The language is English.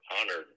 honored